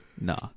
Nah